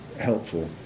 helpful